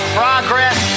progress